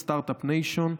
הסטרטאפ ניישן.